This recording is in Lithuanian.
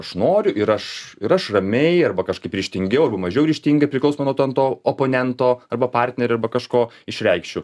aš noriu ir aš ir aš ramiai arba kažkaip ryžtingiau arba mažiau ryžtingai priklausomai nuo ten to oponento arba partnerio arba kažko išreikšiu